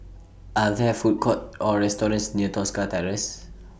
Are There Food Courts Or restaurants near Tosca Terrace